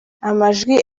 amajwi